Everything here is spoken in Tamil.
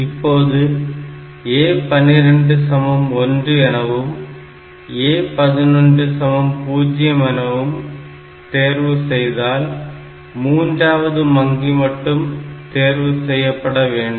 இப்பொழுது A12 1 எனவும் A11 0 எனவும் தேர்வு செய்தால் மூன்றாவது வங்கி மட்டும் தேர்வு செய்யப்பட வேண்டும்